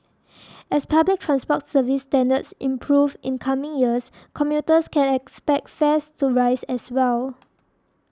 as public transport service standards improve in coming years commuters can expect fares to rise as well